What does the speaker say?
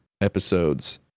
episodes